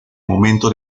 momento